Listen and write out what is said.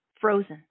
frozen